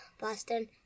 Boston